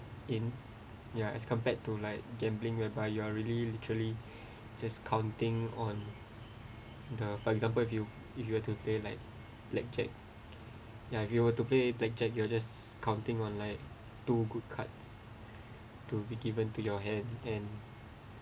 in ya as compared to like gambling whereby you are really literally just counting on the for example if you if you have to pay like black jack ya if you were to play black jack you're just counting on like two good cards to be given to your hand and